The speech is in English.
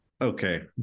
Okay